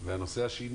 והנושא השני